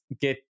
get